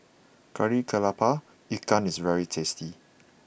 Kari Kepala Ikan is very tasty